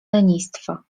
lenistwa